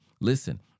Listen